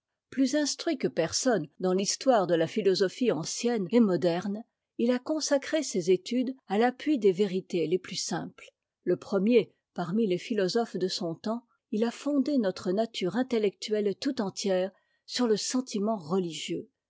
plus instruit que personne dans l'histoire jle de la philosophie ancienne et moderne il a consacré ses études à l'appui des vérités les plus simples le premier parmi les philosophes de son temps il a fondé notre nature intettectuette tout entière sur le sentiment religieux